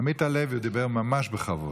עמית הלוי דיבר ממש בכבוד.